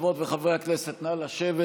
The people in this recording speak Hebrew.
חברות וחברי הכנסת, נא לשבת.